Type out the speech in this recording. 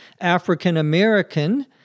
African-American